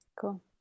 cool